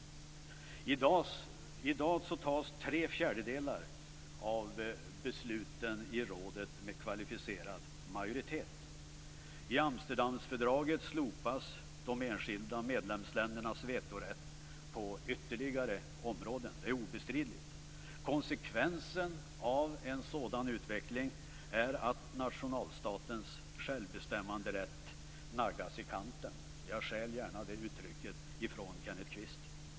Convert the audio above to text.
I dag fattas tre fjärdedelar av besluten i rådet med kvalificerad majoritet. Enligt Amsterdamfördraget slopas de enskilda medlemsländernas vetorätt på ytterligare områden, det är obestridligt. Konsekvensen av en sådan utveckling är att nationalstatens självbestämmanderätt naggas i kanten - jag stjäl gärna det uttrycket från Kenneth Kvist.